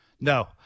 No